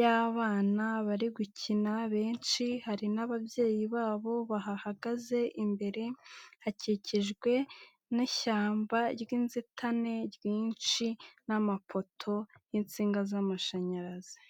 y'abana bari gukina benshi, hari n'ababyeyi babo bahagaze imbere, hakikijwe n'ishyamba ry'inzitane ryinshi n'amapoto y'insinga z'amashanyarazi.